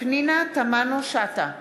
פנינה תמנו-שטה,